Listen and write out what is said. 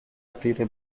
aprire